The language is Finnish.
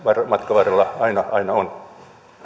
matkan varrella aina aina on